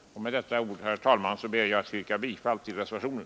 Med dessa ord, herr talman, ber jag att få yrka bifall till reservationen.